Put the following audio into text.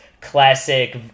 classic